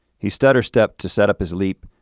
he stutter stepped to set up his leap,